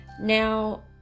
now